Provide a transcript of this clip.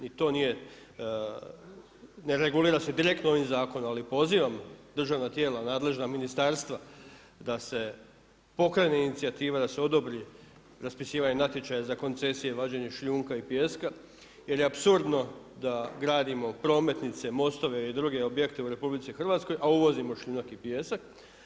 Ni to nije, ne regulirali se direktno ovim zakonom ali pozivam državna tijela nadležna ministarstva da se pokrene inicijativa, da se odobri raspisivanje natječaja za koncesije vađenje šljunka i pijeska jel je apsurdno da gradimo prometnice, mostove i druge objekte u RH, a uvozimo šljunak i pijesak.